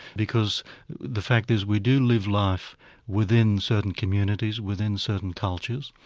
because the fact is, we do live life within certain communities, within certain cultures,